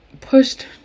pushed